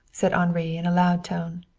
said henri in a loud tone.